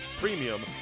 premium